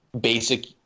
basic